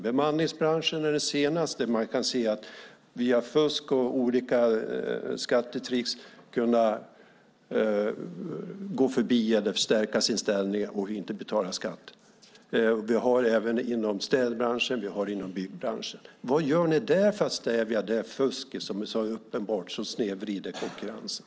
Bemanningsbranschen är det senaste området där man via fusk och olika skattetrick stärker sin ställning. Det förekommer även inom städbranschen och byggbranschen. Vad gör ni där för att stävja detta uppenbara fusk som snedvrider konkurrensen?